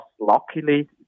luckily